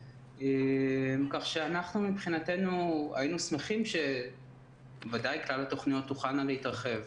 כך שמבחינתנו היינו שמחים שוודאי כלל התוכניות תוכלנה להתרחב.